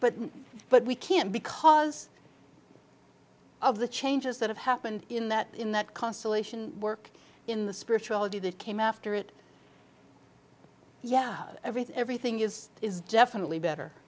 but we can't because of the changes that have happened in that in that constellation work in the spirituality that came after it yeah everything everything is is definitely better